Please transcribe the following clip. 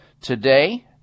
today